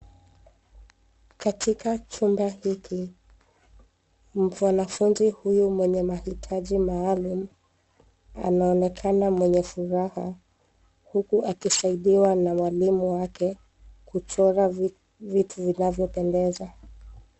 Katika chumba hiki, mwanafunzi huyu mwenye mahitajii maalum, anaonekana mwenye furaha, huku akisaidiwa na walimu wake, kuchora vitu vinavyopendeza.